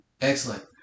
excellent